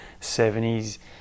70s